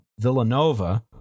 Villanova